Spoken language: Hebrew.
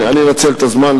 אנצל את הזמן,